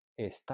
Está